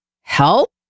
help